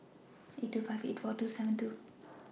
eight two five eight four two seven two